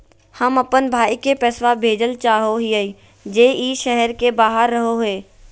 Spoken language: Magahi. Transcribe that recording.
हम अप्पन भाई के पैसवा भेजल चाहो हिअइ जे ई शहर के बाहर रहो है